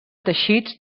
teixits